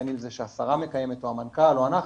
בין אם זה שהשרה מקיימת או המנכ"ל או אנחנו,